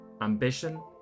ambition